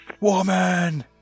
Woman